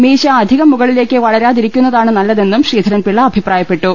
മീശ അധികം മുകളിലേക്ക് വളരാതിരിക്കു ന്നതാണ് നല്ലതെന്നും ശ്രീധരൻപിളള അഭിപ്രായപ്പെട്ടു